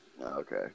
Okay